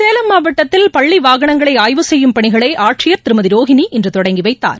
சேலம் மாவட்டத்தல் பள்ளி வாகனங்களை ஆய்வு செய்யும் பணிகளை ஆட்சியர் திருமதி ரோகினி இன்று தொடங்கி வைத்தார்